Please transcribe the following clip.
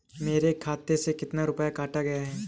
मेरे खाते से कितना रुपया काटा गया है?